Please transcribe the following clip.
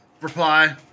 Reply